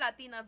Latinas